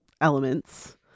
elements